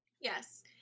Yes